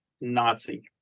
Nazi